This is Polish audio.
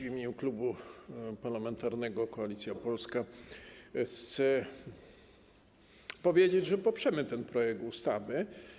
W imieniu Klubu Parlamentarnego Koalicja Polska chcę powiedzieć, że poprzemy ten projekt ustawy.